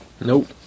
Nope